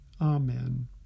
Amen